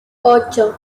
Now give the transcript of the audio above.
ocho